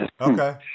Okay